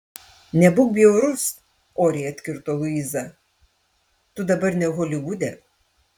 nebūk bjaurus oriai atkirto luiza tu dabar ne holivude